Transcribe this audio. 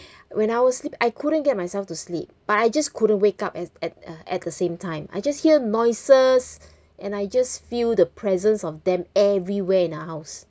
when I was sleep I couldn't get myself to sleep but I just couldn't wake up at at uh at the same time I just hear noises and I just feel the presence of them everywhere in the house